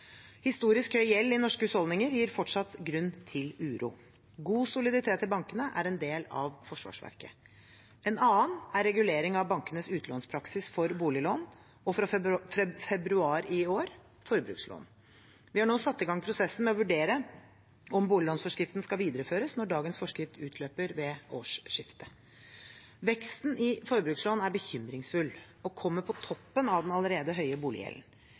Historisk høy gjeld i norske husholdninger gir fortsatt grunn til uro. God soliditet i bankene er en del av forsvarsverket. En annen er regulering av bankenes utlånspraksis for boliglån og, fra februar i år, forbrukslån. Vi har nå satt i gang prosessen med å vurdere om boliglånsforskriften skal videreføres når dagens forskrift utløper ved årsskiftet. Veksten i forbrukslån er bekymringsfull, og kommer på toppen av den allerede høye boliggjelden.